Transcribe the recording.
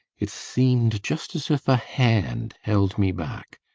it seemed just as if a hand held me back.